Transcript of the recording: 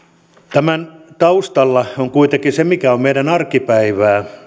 tämän taustalla on kuitenkin se mikä on meidän arkipäiväämme